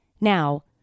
Now